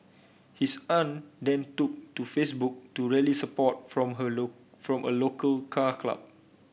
his aunt then took to Facebook to rally support from her from a local car club